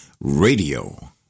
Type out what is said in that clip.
Radio